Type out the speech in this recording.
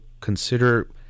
consider